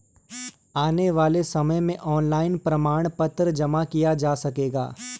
आने वाले समय में ऑनलाइन प्रमाण पत्र जमा किया जा सकेगा